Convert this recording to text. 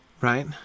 Right